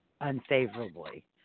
unfavorably